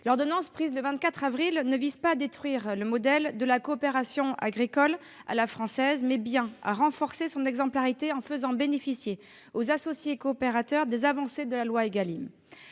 L'ordonnance prise le 24 avril vise non pas à détruire le modèle de la coopération agricole à la française, mais bien à renforcer son exemplarité en faisant bénéficier les associés coopérateurs des avancées de la loi Égalim.